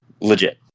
legit